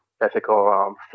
ethical